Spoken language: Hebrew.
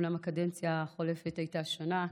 אומנם הקדנציה החולפת הייתה שונה.